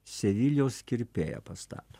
sevilijos kirpėją pastato